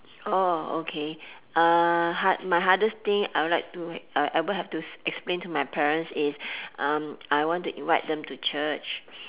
oh okay uh hard my hardest thing I would like to uh ever have to ex~ explain to my parents is I want to invite them to church